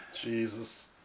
Jesus